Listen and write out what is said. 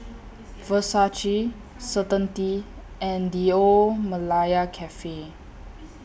Versace Certainty and The Old Malaya Cafe